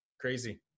Crazy